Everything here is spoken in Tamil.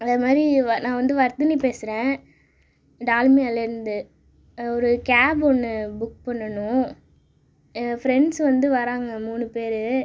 அதே மாதிரி நான் வந்து வர்த்தினி பேசுறேன் டால்மியாலேருந்து ஒரு கேப் ஒன்று புக் பண்ணனும் என் ஃப்ரெண்ட்ஸ் வந்து வராங்க மூணு பேரு